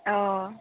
अ